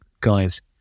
guys